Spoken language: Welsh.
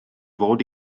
fod